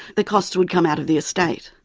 the costs would come out of the estate.